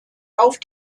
auf